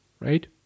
Right